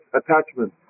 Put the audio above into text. attachment